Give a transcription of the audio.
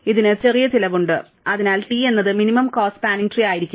ഇതിന് ചെറിയ ചിലവുണ്ട് അതിനാൽ T എന്നത് മിനിമം കോസ്റ്റ സ്പാനിങ് ട്രീ അയിരിക്കില്ല